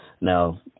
Now